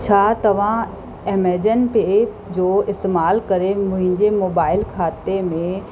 छा तव्हां ऐमेजॉन पे जो इस्तेमालु मुंहिंजे मोबाइल खाते में